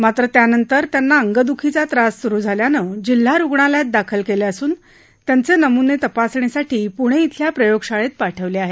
मात्र त्यानंतर त्यांना अंगदुखीचा त्रास सुरु झाल्यानं जिल्हा रुग्णालयात दाखल केलं असून त्यांचे नमूने तपासणीसाठी पुणे इथल्या प्रयोगशाळेत पाठवले आहेत